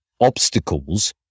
obstacles